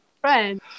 friend